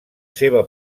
seva